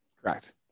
Correct